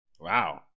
Wow